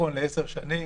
דרכון לעשר שנים.